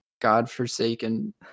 godforsaken